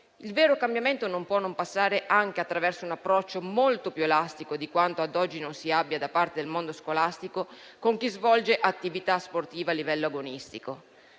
Il vero cambiamento non può non passare anche attraverso un approccio - molto più elastico di quanto ad oggi non si abbia da parte del mondo scolastico - con chi svolge attività sportiva a livello agonistico.